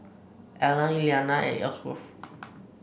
Allan Elliana and Ellsworth